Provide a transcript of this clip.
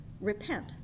Repent